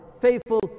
faithful